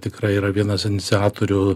tikrai yra vienas iniciatorių